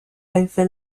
over